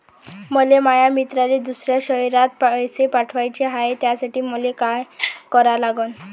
मले माया मित्राले दुसऱ्या शयरात पैसे पाठवाचे हाय, त्यासाठी मले का करा लागन?